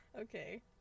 Okay